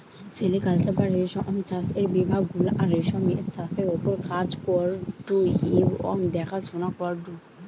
sericulture বা রেশম চাষের বিভাগ গুলা রেশমের চাষের ওপর কাজ করঢু এবং দেখাশোনা করঢু